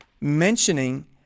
mentioning